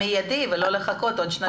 במיידי, ולא לחכות עוד שנתיים.